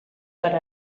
per